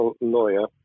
lawyer